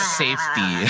safety